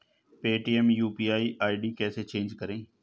Paytm UPI ID कैसे change करें?